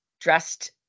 dressed